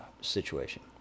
situation